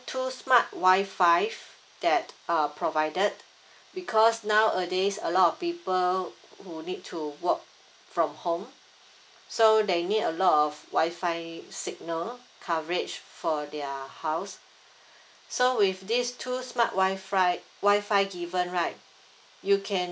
two smart Wi-Fi that uh provided because nowadays a lot of people uh would need to work from home so they need a lot of Wi-Fi signal coverage for their house so with these two smart Wi-Fi Wi-Fi given right you can